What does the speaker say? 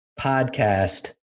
podcast